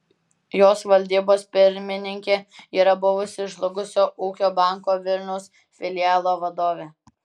jos valdybos pirmininkė yra buvusi žlugusio ūkio banko vilniaus filialo vadovė